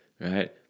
right